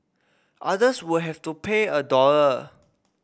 others will have to pay a dollar